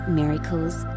miracles